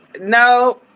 No